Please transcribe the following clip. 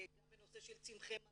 גם בנושא של צמחי מרפא,